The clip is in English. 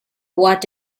what